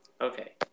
Okay